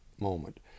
moment